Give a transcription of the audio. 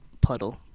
puddle